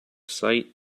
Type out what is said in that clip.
sight